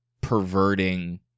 perverting